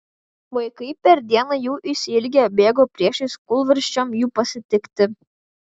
vaikai per dieną jų išsiilgę bėgo priešais kūlvirsčiom jų pasitikti